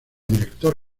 director